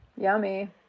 yummy